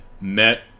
met